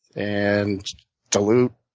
and dilute,